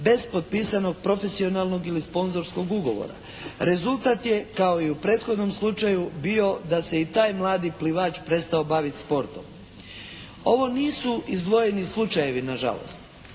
bez potpisanog profesionalnog ili sponzorskog ugovora. Rezultat je kao i u prethodnom slučaju bio da se i taj mladi plivač prestao baviti sportom. Ovo nisu izdvojeni slučajevi, nažalost.